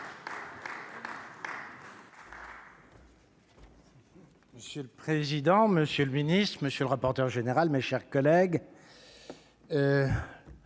Monsieur le président, Monsieur le Ministre, monsieur le rapporteur général, mes chers collègues,